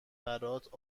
برات